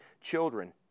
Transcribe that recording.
children